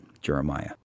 Jeremiah